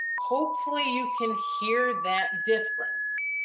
hopefully, you can hear that difference.